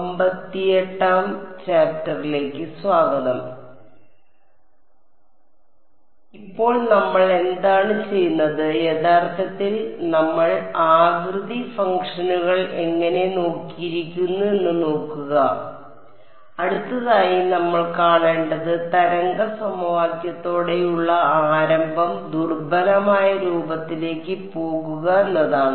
അതിനാൽ ഇപ്പോൾ നമ്മൾ എന്താണ് ചെയ്യുന്നത് യഥാർത്ഥത്തിൽ നമ്മൾ ആകൃതി ഫംഗ്ഷനുകൾ എങ്ങനെ നോക്കിയിരിക്കുന്നു എന്ന് നോക്കുക എന്നതാണ് അടുത്തതായി നമ്മൾ കാണേണ്ടത് തരംഗ സമവാക്യത്തോടെയുള്ള ആരംഭം ദുർബലമായ രൂപത്തിലേക്ക് പോകുക എന്നതാണ്